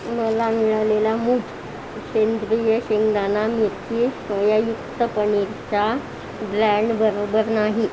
मला मिळालेला मूग सेंद्रिय शेंगदाणा मिरची सोयायुक्त पनीरचा ब्रँड बरोबर नाही